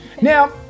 Now